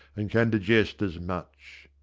and can digest as much.